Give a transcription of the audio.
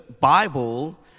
Bible